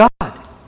God